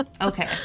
Okay